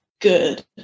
good